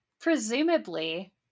Presumably